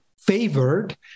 favored